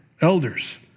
Elders